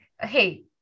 hey